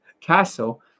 castle